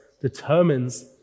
determines